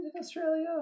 Australia